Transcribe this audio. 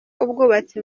ubwubatsi